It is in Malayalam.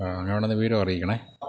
അങ്ങനാണെങ്കില് വിവരം അറിയിക്കണേ